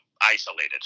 isolated